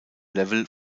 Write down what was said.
level